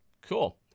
Cool